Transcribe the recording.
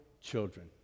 children